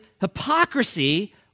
hypocrisy